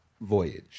voyage